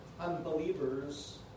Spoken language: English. unbelievers